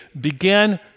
began